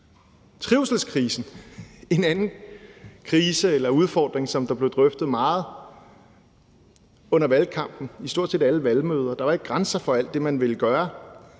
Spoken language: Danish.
Trivselskrisen er en anden krise eller udfordring, som blev drøftet meget under valgkampen i stort set alle valgmøder. Der var ikke grænser for alt det, man ville gøre.